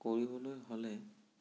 কৰিবলৈ হ'লে